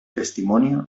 testimonio